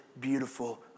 beautiful